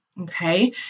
Okay